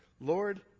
Lord